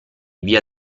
via